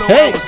Hey